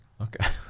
Okay